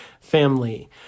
family